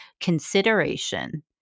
consideration